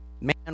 man